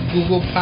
Google